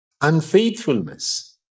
unfaithfulness